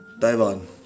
Taiwan